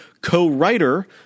co-writer